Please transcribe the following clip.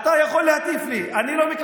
לא, לא, אני לא מטיף.